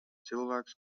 cilvēks